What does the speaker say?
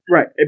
Right